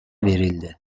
verildi